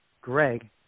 Greg